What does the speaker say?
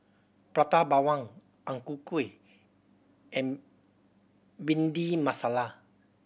Prata Bawang Ang Ku Kueh and Bhindi Masala